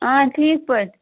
آ ٹھیٖک پٲٹھۍ